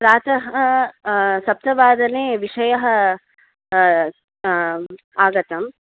प्रातः सप्तवादने विषयः आगतम्